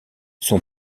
son